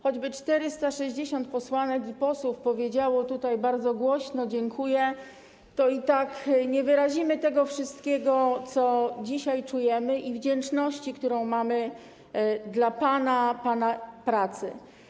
Choćby 460 posłanek i posłów powiedziało bardzo głośno: dziękuję, to i tak nie wyrazimy tego wszystkiego, co dzisiaj czujemy, i naszej wdzięczności dla pana i pana pracy.